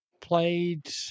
played